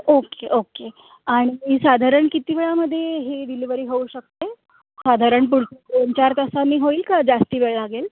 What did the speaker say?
okay okay आणि साधारण किती वेळामध्ये हे डिलिवरी होऊ शकते साधारण पुढचे दोन चार तासांनी होईल का जास्त वेळ लागेल